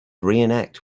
reenact